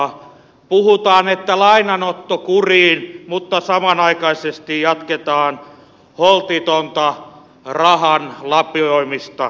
puhutaan että lainanotto kuriin mutta samanaikaisesti jatketaan holtitonta rahan lapioimista euromaihin